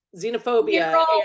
xenophobia